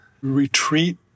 retreat